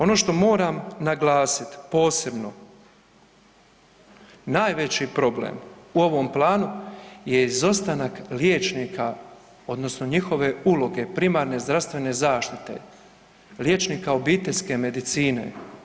Ono što moram naglasit posebno, najveći problem u ovom planu je izostanak liječnika odnosno njihove uloge, primarne zdravstvene zaštite, liječnika obiteljske medicine.